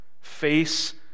face